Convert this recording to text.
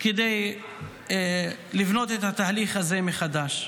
כדי לבנות את התהליך הזה מחדש.